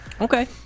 Okay